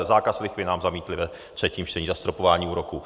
Zákaz lichvy nám zamítli ve třetím čtení zastropování úroků.